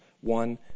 one